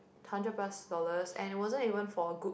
hundred plus dollars and it wasn't even for a good